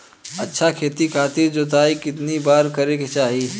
अच्छा खेती खातिर जोताई कितना बार करे के चाही?